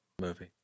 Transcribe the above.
movie